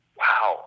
wow